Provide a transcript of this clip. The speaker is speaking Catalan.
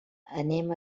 anem